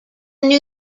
new